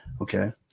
Okay